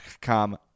come